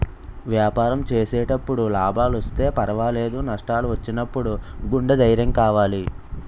వ్యాపారం చేసేటప్పుడు లాభాలొస్తే పర్వాలేదు, నష్టాలు వచ్చినప్పుడు గుండె ధైర్యం కావాలి